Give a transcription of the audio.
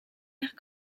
ère